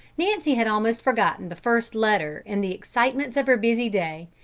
nancy had almost forgotten the first letter in the excitements of her busy day,